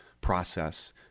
process